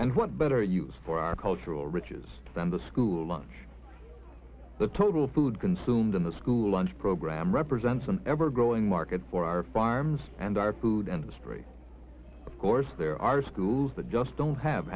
and what better use for our cultural riches than the school lunch the total food consumed in the school lunch program represents an ever growing market for our farms and our food and history of course there are schools that just don't have